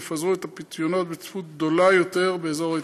יפזרו את הפיתיונות בצפיפות גדולה יותר באזור ההתפרצות.